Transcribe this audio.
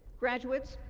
graduates,